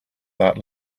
that